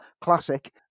classic